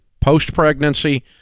post-pregnancy